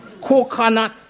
Coconut